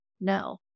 No